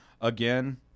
again